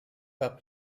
pas